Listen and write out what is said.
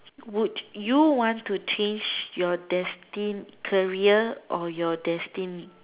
would you want to change your destined career or your destined